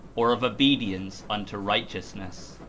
or of obedience unto righteousness?